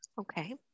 Okay